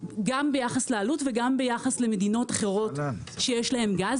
גם ביחס לעלות וגם ביחס למדינות אחרות שיש להן גז,